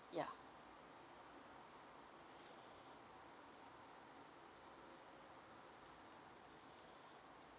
yeah